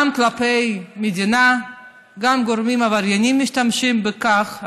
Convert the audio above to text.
גם כלפי המדינה וגם גורמים עבריינים משתמשים בכך.